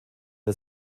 der